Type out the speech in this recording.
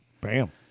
Bam